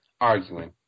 arguing